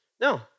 No